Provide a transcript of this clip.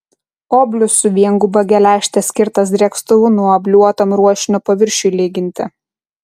oblius su vienguba geležte skirtas drėkstuvu nuobliuotam ruošinio paviršiui lyginti